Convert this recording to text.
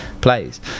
plays